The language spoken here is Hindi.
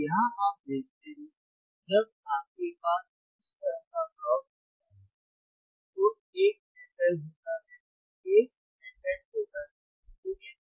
तो यहां आप देखते हैं जब आपके पास इस तरह का प्लॉट होता है तो एक fL होता है एक fH होता है ठीक है